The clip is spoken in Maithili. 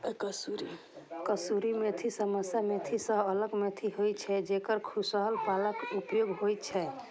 कसूरी मेथी सामान्य मेथी सं अलग मेथी होइ छै, जेकर सूखल पातक उपयोग होइ छै